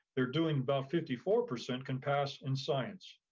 they're doing about fifty four percent can pass in science,